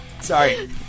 sorry